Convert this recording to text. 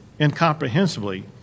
incomprehensibly